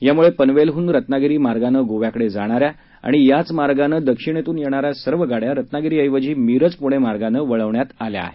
यामुळे पनवेलहून रत्नागिरी मार्गानं गोव्याकडे जाणाऱ्या आणि याच मार्गानं दक्षिणेतून येणाऱ्या सर्व गाड्या रत्नागिरीऐवजी मिरज पुणे मार्गानं वळवण्यात आल्या आहेत